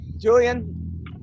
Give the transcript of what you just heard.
Julian